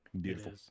Beautiful